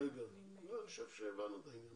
אני חושב שהבנו את העניין.